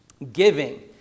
giving